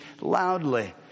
loudly